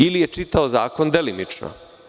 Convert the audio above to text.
Ili je čitao zakon delimično.